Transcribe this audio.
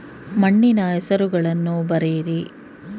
ಮಣ್ಣಿನ ಹೆಸರುಗಳನ್ನು ಬರೆಯಿರಿ